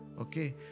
Okay